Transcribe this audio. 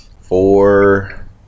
four